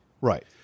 Right